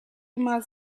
immer